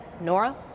Nora